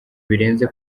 birenze